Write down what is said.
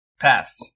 Pass